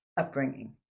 upbringing